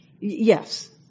Yes